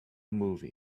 movie